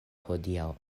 hodiaŭ